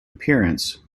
appearance